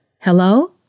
Hello